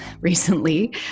recently